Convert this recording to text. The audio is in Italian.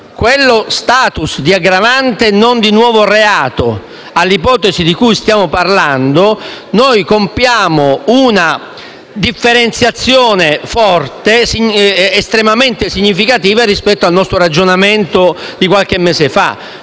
quello *status* di aggravante e non di nuovo reato all'ipotesi di cui stiamo parlando, noi compiamo una differenziazione forte ed estremamente significativa rispetto al nostro ragionamento di qualche mese fa.